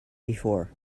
before